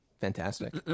Fantastic